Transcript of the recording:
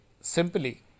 Simply